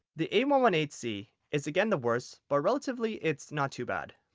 the a one one eight c is again the worst, but relatively it's not too bad.